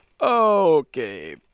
Okay